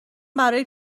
برای